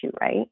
Right